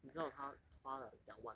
你知道他花了两万